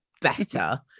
better